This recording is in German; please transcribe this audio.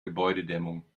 gebäudedämmung